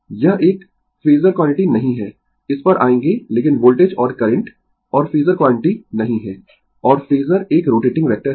यह एक phasor quantity नहीं है इस पर आयेंगें लेकिन वोल्टेज और करंट और फेजर क्वांटिटी नहीं है और फेजर एक रोटेटिंग वेक्टर है